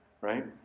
Right